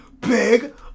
big